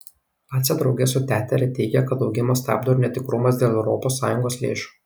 lace drauge su tetere teigė kad augimą stabdo ir netikrumas dėl europos sąjungos lėšų